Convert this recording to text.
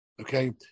Okay